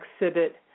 exhibit